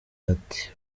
ati